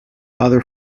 other